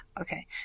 okay